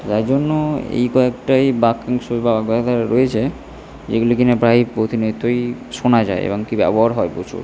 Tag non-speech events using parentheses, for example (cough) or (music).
তাই জন্য এই কয়েকটাই বাক্যাংশ (unintelligible) রয়েছে যেগুলি কি না প্রায়ই প্রতিনিয়তই শোনা যায় এমনকি ব্যবহার হয় প্রচুর